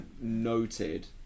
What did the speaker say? noted